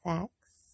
Facts